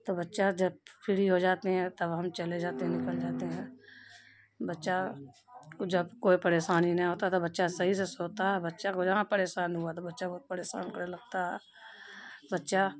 تو بچہ جب فری ہو جاتے ہیں تب ہم چلے جاتے ہیں نکل جاتے ہیں بچہ جب کوئی پریشانی نہیں ہوتا تو بچہ صحیح سے سوتا ہے بچہ کو جہاں پریشان ہوا تو بچہ بہت پریشان کرنے لگتا ہے بچہ